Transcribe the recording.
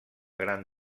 gran